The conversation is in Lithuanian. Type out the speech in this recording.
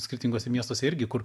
skirtinguose miestuose irgi kur